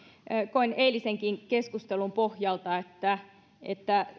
koen eilisenkin keskustelun pohjalta että että